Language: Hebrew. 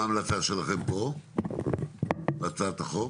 מה ההמלצה שלכם פה בהצעת החוק?